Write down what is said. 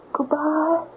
Goodbye